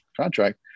contract